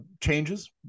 changes